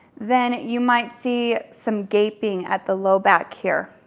then you might see some gaping at the low back here,